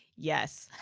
yes,